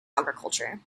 agriculture